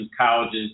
colleges